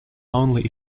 only